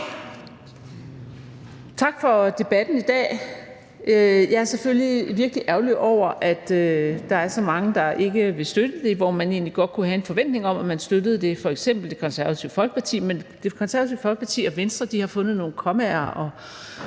Tak for debatten i dag. Jeg er selvfølgelig virkelig ærgerlig over, at der er så mange, der ikke vil støtte det. Vi kunne egentlig godt have en forventning om, at man støttede det. Det gælder f.eks. Det Konservative Folkeparti, men Det Konservative Folkeparti og Venstre har fundet nogle kommaer